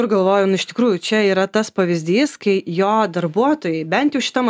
ir galvoju nu iš tikrųjų čia yra tas pavyzdys kai jo darbuotojai bent jau šitam aspekte kitų aš nežinau